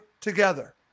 together